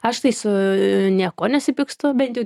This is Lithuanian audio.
aš tai su niekuo nesipykstu bent jau